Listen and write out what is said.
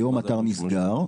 היום אתר נסגר,